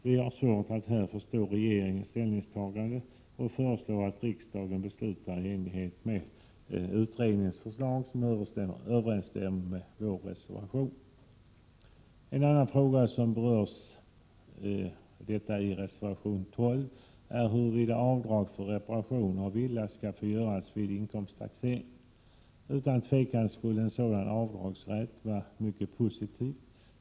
Vi har svårt att förstå regeringens ställningstagande och föreslår att riksdagen beslutar i enlighet med utredningens förslag, som överensstämmer med vår reservation. En annan fråga berörs i reservation nr 12, och det är huruvida avdrag för reparation av villa skall få göras vid inkomsttaxeringen. Utan tvivel skulle en sådan avdragsrätt vara mycket positiv.